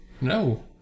No